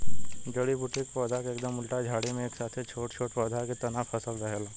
जड़ी बूटी के पौधा के एकदम उल्टा झाड़ी में एक साथे छोट छोट पौधा के तना फसल रहेला